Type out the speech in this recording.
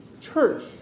church